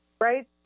Right